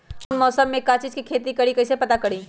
कौन मौसम में का चीज़ के खेती करी कईसे पता करी?